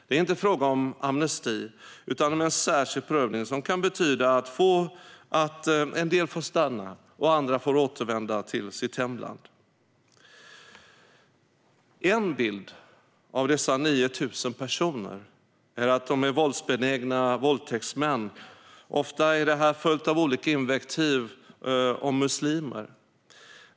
Det är inte fråga om amnesti utan om en särskild prövning som kan betyda att en del får stanna och andra får återvända till sitt hemland. En bild av dessa 9 000 personer är att de är våldsbenägna våldtäktsmän. Ofta följs sådana beskrivningar av olika invektiv om muslimer.